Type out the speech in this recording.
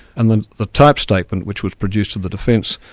and the the typed statement, which was produced at the defence,